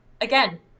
Again